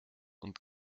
und